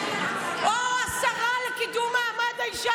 השרה לקידום מעמד האישה,